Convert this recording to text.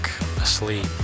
asleep